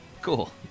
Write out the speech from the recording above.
Cool